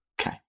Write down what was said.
Okay